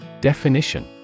Definition